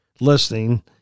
listening